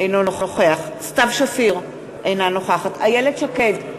אינו נוכח סתיו שפיר, אינה נוכחת איילת שקד,